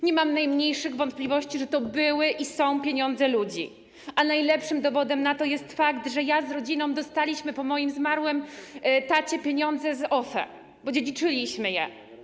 Nie mam najmniejszych wątpliwości, że to były i są pieniądze ludzi, a najlepszym dowodem na to jest fakt, że ja z rodziną dostaliśmy po moim zmarłym tacie pieniądze z OFE, bo dziedziczyliśmy je.